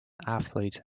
athlete